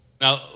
Now